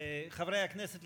חברי הכנסת,